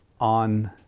on